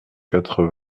quatre